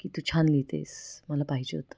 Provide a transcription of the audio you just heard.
की तू छान लिहितेस मला पाहिजे होतं